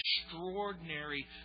extraordinary